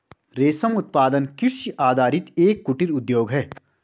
रेशम उत्पादन कृषि आधारित एक कुटीर उद्योग है